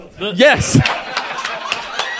Yes